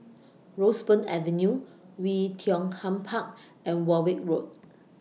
Roseburn Avenue Oei Tiong Ham Park and Warwick Road